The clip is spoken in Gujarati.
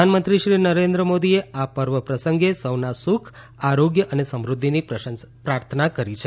પ્રધાનમંત્રી શ્રી નરેન્દ્ર મોદીએ આ પર્વ પ્રસંગે સૌના સુખ આરોગ્ય અને સમૃધ્ધિની પ્રાર્થના કરી છે